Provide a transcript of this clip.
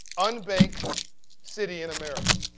and like city in america?